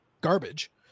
garbage